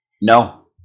No